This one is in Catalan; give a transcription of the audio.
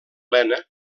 lena